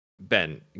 Ben